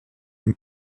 and